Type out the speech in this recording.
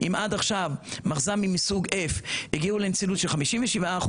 אם עד עכשיו מחז"מים מסוג F הגיעו לנצילות של 57%